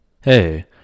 Hey